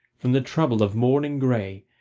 from the trouble of morning grey,